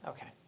Okay